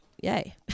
yay